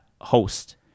host